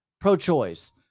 pro-choice